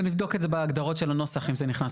נבדוק את זה בהגדרות של הנוסח אם זה נכנס,